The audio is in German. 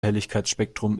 helligkeitsspektrum